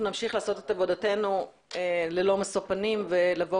אנחנו נמשיך לעשות את עבודתנו ללא משוא פנים ולבוא